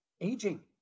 aging